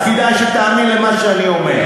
אז כדאי שתאמין למה שאני אומר.